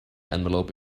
envelope